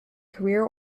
career